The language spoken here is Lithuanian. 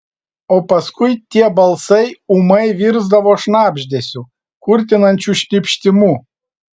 o paskui tie balsai ūmai virsdavo šnabždesiu kurtinančiu šnypštimu